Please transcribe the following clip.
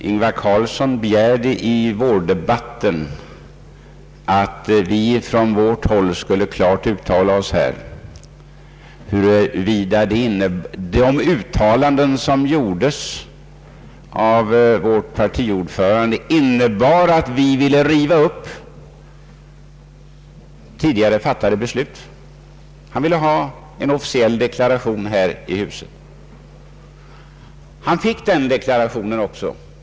Ingvar Carlsson begärde i vårdebatten att vi från vårt håll klart skulle säga huruvida de uttalanden som gjordes av vår partiordförande innebar att vi ville riva upp tidigare fattade beslut. Han ville ha en officiell deklaration här i huset. Han fick den deklarationen också.